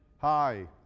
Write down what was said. Hi